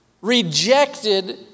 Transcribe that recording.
rejected